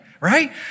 right